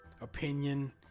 opinion